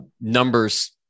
numbers